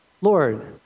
Lord